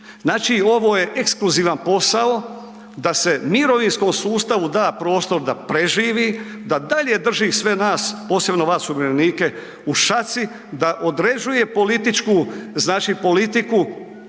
Znači ovo je ekskluzivan posao da se mirovinskom sustavu da prostor da preživi, da dalje drži sve nas, posebno vas umirovljenike u šaci da određuje politiku u Hrvatskoj